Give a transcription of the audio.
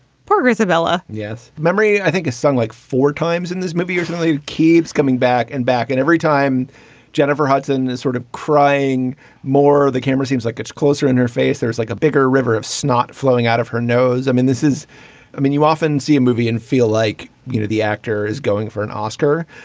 progressive bella yes, memory i think is sung like four times in this movie. usually it keeps coming back and back and every time jennifer hudson is sort of crying more. the camera seems like it's closer in her face. there's like a bigger river of snot flowing out of her nose. i mean, this is i mean, you often see a movie and feel like, you know, the actor is going for an oscar.